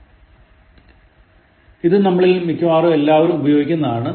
12 ഇതും നമ്മളിൽ മിക്കവാറും എല്ലാവരും ഉപയോഗിക്കുന്നതാണ്